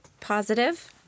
positive